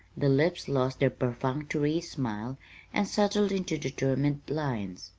the lips lost their perfunctory smile and settled into determined lines.